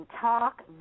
talk